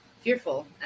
fearful